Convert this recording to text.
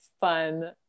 fun